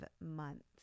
months